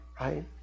right